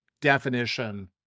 definition